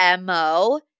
MO